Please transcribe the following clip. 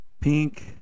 pink